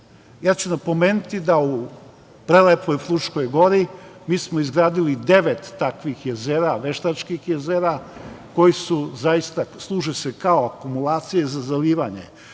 ću napomenuti da u prelepoj Fruškoj Gori mi smo izgradili devet takvih jezera, veštačkih jezera, koja služe kao akumulacije za zalivanje.